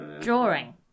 Drawing